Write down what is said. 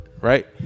right